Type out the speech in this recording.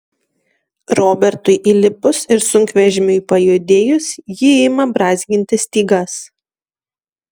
robertui įlipus ir sunkvežimiui pajudėjus ji ima brązginti stygas